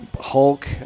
Hulk